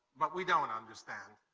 but we don't understand,